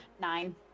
Nine